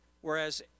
whereas